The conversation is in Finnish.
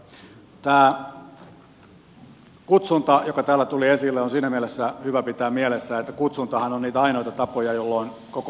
tämä kutsunta joka täällä tuli esille on siinä mielessä hyvä pitää mielessä että kutsuntahan on niitä ainoita tapoja jolloin koko ikäluokka saadaan kasaan